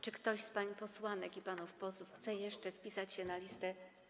Czy ktoś z pań posłanek i panów posłów chce jeszcze wpisać się na listę?